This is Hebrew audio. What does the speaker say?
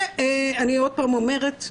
אני עוד פעם אומרת,